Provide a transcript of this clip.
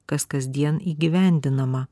kas kasdien įgyvendinama